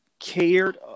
cared